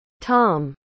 Tom